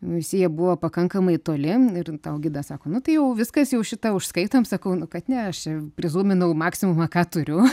visi jie buvo pakankamai toli ir tau gidas sako nu tai jau viskas jau šitą užskaitom sakau nu kad ne aš čia prizūminau maksimumą ką turiu